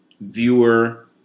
viewer